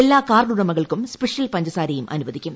എല്ലാ കാർഡുടമകൾക്കും സ്പെഷ്യൽ പഞ്ചസാരയും അനുവദിക്കും